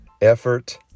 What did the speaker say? effort